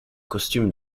costumes